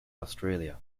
australia